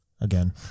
Again